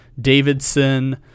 Davidson